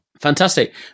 Fantastic